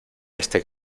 este